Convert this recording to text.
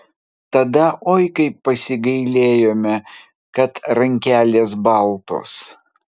tada oi kaip pasigailėjome kad rankelės baltos